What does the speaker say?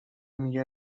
میگه